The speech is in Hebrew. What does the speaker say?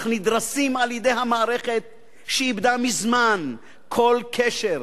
אך נדרסים על-ידי המערכת שאיבדה מזמן כל קשר